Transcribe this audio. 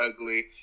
ugly